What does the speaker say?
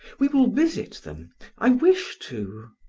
we will visit them i wish to.